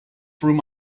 through